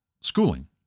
schooling